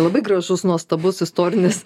labai gražus nuostabus istorinis